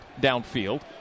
downfield